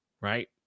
Right